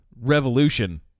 Revolution